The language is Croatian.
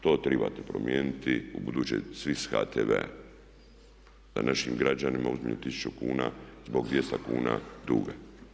To trebate promijeniti, ubuduće svi s HTV-a da našim građanima uzimaju 1000 kuna zbog 200 kuna duga.